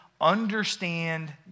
understand